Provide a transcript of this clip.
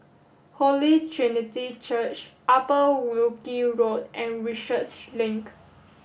Holy Trinity Church Upper Wilkie Road and Research Link